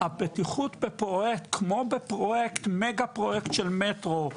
הבטיחות במגה פרויקט של מטרו,